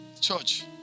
Church